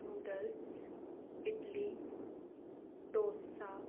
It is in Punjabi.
ਨੂਡਲਸ ਇਡਲੀ ਡੋਸਾ